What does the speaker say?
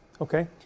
okay